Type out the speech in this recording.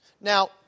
Now